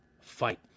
fight